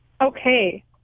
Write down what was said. Okay